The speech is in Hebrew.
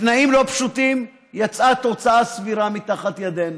בתנאים לא פשוטים, יצאה תוצאה סבירה מתחת ידינו,